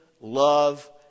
love